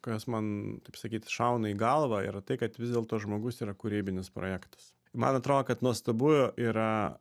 kas man taip sakyt šauna į galvą yra tai kad vis dėlto žmogus yra kūrybinis projektas man atrodo kad nuostabu yra